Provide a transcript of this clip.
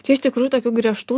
čia iš tikrųjų tokių griežtų